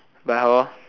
but